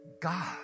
God